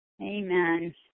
Amen